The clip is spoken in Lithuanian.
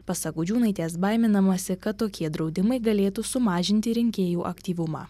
pasak gudžiūnaitės baiminamasi kad tokie draudimai galėtų sumažinti rinkėjų aktyvumą